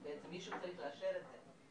כי בעצם מישהו צריך לאשר את זה,